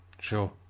Sure